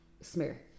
smear